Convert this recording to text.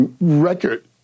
record